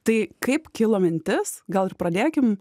tai kaip kilo mintis gal pradėkim